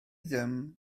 ddim